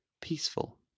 peaceful